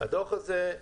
הדוח הזה,